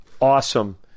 awesome